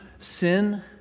sin